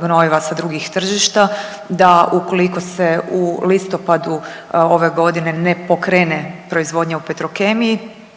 gnojiva sa drugih tržišta, da ukoliko se u listopadu ove godine ne pokrene proizvodnja u Petrokemiji